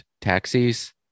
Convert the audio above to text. taxis